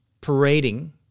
parading